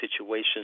situations